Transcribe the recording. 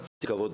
צריך לזכור,